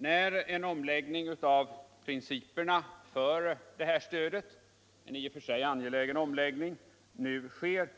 När en omläggning av principerna för detta stöd — en i och för sig angelägen omläggning — nu sker